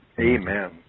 Amen